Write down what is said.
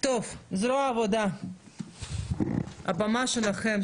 טוב, זרוע העבודה, הבמה שלכם.